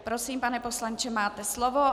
Prosím, pane poslanče, máte slovo.